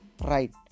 right